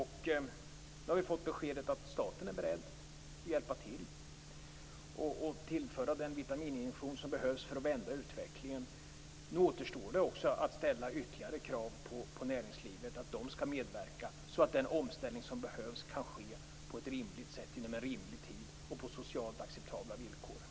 Nu har vi fått beskedet att staten är beredd att hjälpa till och tillföra den vitamininjektion som behövs för att vända utvecklingen. Nu återstår det att ställa ytterligare krav på näringslivet att medverka. Då kan den omställning som behövs ske på ett rimligt sätt inom en rimlig tid och på socialt acceptabla villkor.